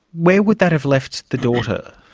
where would that have left the daughter?